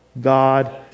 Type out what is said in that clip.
God